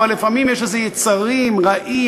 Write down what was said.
אבל לפעמים יש איזה יצרים רעים,